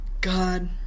God